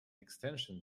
extension